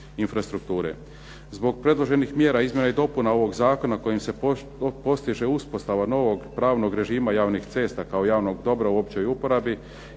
infrastrukture. Zbog predloženih mjera izmjena i dopuna ovog zakona kojim se postiže uspostava novog pravnog režima javnih cesta kao javnog dobra u općoj uporabi,